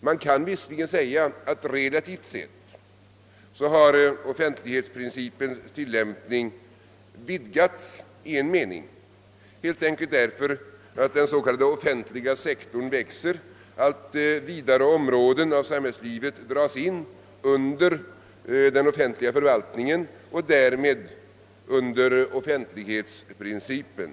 Man kan visserligen säga att relativt sett har offentlighetsprincipens tillämpning vidgats i den meningen att den så kallade offentliga sektorn växer och allt vidare områden av samhällslivet dras in under den offentliga förvaltningen och därmed under = offentlighetsprincipen.